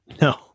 No